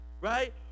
Right